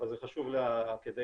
אבל זה חשוב כדי